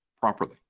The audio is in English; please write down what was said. properly